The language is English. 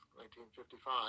1955